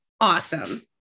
awesome